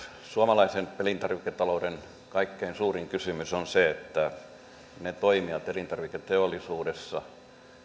suomalaisen elintarviketalouden kaikkein suurin kysymys on se että ne toimijat elintarviketeollisuudessa